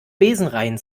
besenrein